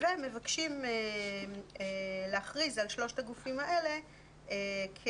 מבקשים להכריז על שלושת הגופים האלה כמוסד